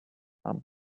some